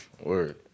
Word